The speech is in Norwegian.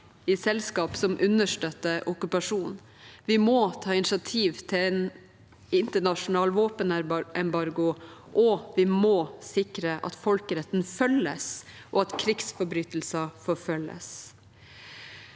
i selskap som understøtter okkupasjonen. Vi må ta initiativ til en internasjonal våpenembargo, vi må sikre at folkeretten følges, og at krigsforbrytelser forfølges.